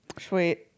Sweet